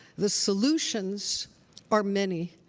the solutions are many.